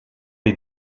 les